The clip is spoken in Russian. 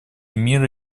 мира